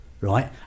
right